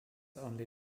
only